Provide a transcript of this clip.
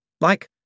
Like